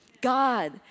God